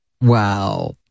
Wow